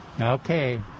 Okay